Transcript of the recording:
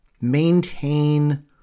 maintain